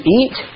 eat